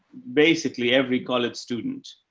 basically every college student,